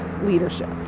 leadership